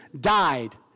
died